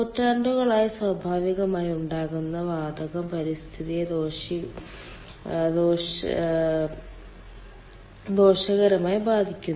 നൂറ്റാണ്ടുകളായി സ്വാഭാവികമായി ഉണ്ടാകുന്ന വാതകം പരിസ്ഥിതിയെ ദോഷകരമായി ബാധിക്കുന്നു